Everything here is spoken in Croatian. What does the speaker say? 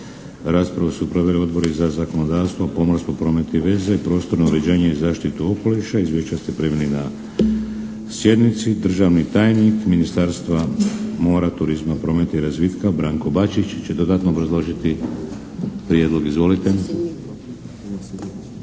Raspravu su proveli Odbori za zakonodavstvo, pomorstvo, promet i veze i prostorno uređenje i zaštitu okoliša. Izvješća ste primili na sjednici. Državni tajnik Ministarstva mora, turizma, prometa i razvitka, Branko Bačić će dodatno obrazložiti Prijedlog. Izvolite.